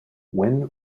when